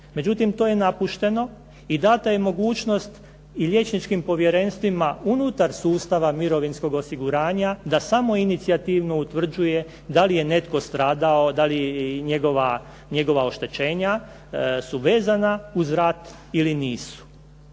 Međutim, to je napušteno i dana je mogućnost i liječničkim povjerenstvima unutar sustava mirovinskog osiguranja da samoinicijativno utvrđuje da li je netko stradao, da li njegova oštećenja su vezana uz rat ili nisu,